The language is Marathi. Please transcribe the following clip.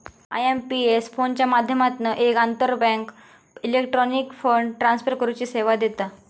आय.एम.पी.एस फोनच्या माध्यमातना एक आंतरबँक इलेक्ट्रॉनिक फंड ट्रांसफर करुची सेवा देता